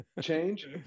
change